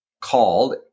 called